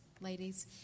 ladies